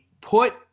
put